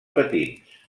patins